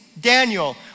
Daniel